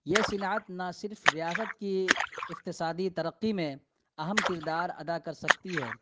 یہ صنعت نہ صرف ریاست کی افتصادی ترقی میں اہم کردار ادا کر سکتی ہے